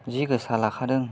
जि गोसा लाखादों